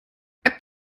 app